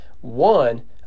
one